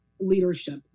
leadership